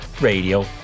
radio